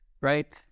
right